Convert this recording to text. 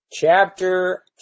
chapter